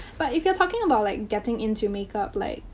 but, if you're talking about like getting into makeup, like,